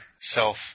self